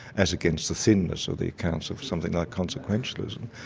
as against the thinness of the accounts of something like consequentialism,